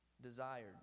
desired